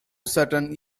certain